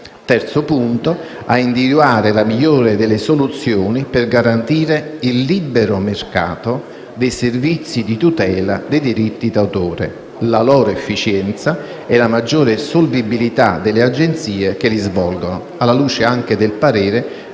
collettiva; a individuare la migliore delle soluzioni per garantire il libero mercato dei servizi di tutela dei diritti d'autore, la loro efficienza e la maggiore solvibilità delle agenzie che li svolgono, alla luce del parere